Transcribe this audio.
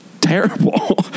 terrible